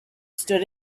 stood